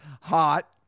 Hot